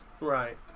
Right